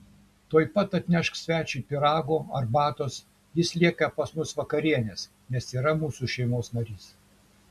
tuoj pat atnešk svečiui pyrago arbatos jis lieka pas mus vakarienės nes yra mūsų šeimos narys